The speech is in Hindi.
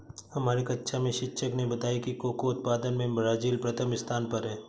हमारे कक्षा में शिक्षक ने बताया कि कोको उत्पादन में ब्राजील प्रथम स्थान पर है